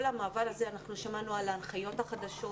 שמענו על ההנחיות החדשות,